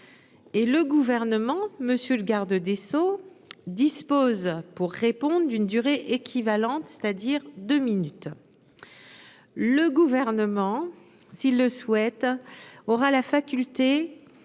Et le gouvernement, monsieur le garde des Sceaux dispose pour répondre d'une durée équivalente, c'est-à-dire deux minutes le gouvernement s'ils le souhaitent, aura la faculté